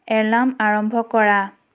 alarm আৰম্ভ কৰা